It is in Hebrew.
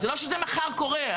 זה לא שזה מחר קורה.